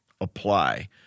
apply